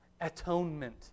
Atonement